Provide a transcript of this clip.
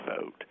vote